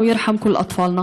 ועל כל ילדינו.)